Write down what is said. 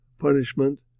punishment